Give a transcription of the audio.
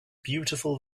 beautiful